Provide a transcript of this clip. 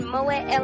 Moet